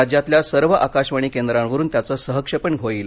राज्यातल्या सर्व आकाशवाणी केंद्रांवरून त्याचं सहक्षेपण होईल